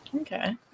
okay